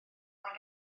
mae